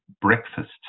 breakfast